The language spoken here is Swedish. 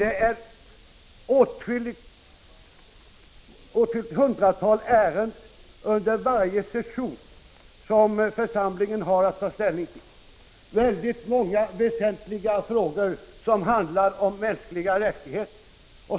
Det är flera hundra ärenden som församlingen har att ta ställning till under varje session. Många av dem är väsentliga frågor som handlar om mänskliga rättigheter.